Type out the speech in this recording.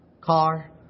car